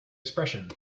expression